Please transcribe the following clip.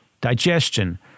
digestion